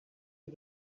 you